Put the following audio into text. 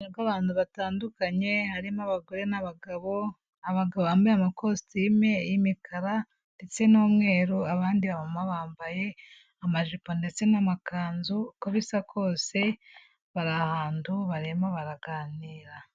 Abantu batandukanye; harimo abagore n'abagabo. Abagabo bambaye amakositimu y'imikara ndetse n'umweru, abandi bambaye amajipo ndetse n'amakanzu, uko bisa kose bari ahantu barimo baraganira.